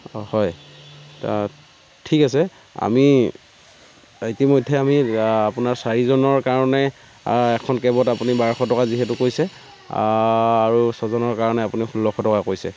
অঁ হয় ঠিক আছে আমি ইতিমধ্যে আমি আপোনাৰ চাৰিজনৰ কাৰণে এখন কেবত আপুনি বাৰশ টকা যিহেতু কৈছে আৰু ছজনৰ কাৰণে আপুনি ষোল্লশ টকা কৈছে